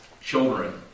children